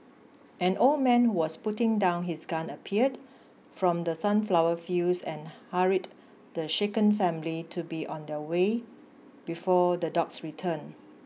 an old man who was putting down his gun appeared from the sunflower fields and hurried the shaken family to be on their way before the dogs return